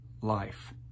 life